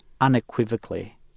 unequivocally